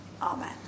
Amen